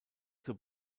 zur